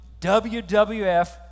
WWF